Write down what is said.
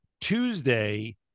Tuesday